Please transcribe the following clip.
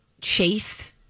chase